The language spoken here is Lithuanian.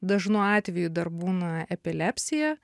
dažnu atveju dar būna epilepsija